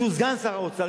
שהוא סגן שר האוצר,